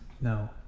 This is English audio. No